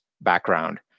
background